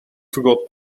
forgot